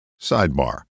Sidebar